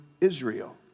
Israel